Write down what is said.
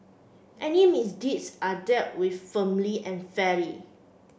any misdeeds are dealt with firmly and fairly